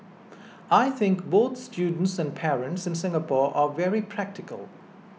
I think both students and parents in Singapore are very practical